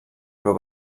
però